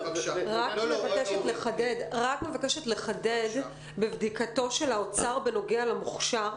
רק מבקשת לחדד בבדיקתו של האוצר בנוגע למוכשר,